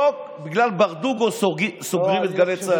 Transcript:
לא בגלל ברדוגו סוגרים את גלי צה"ל.